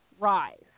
rise